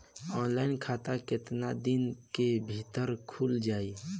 Online खाता केतना दिन के भीतर ख़ुल जाई?